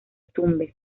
tumbes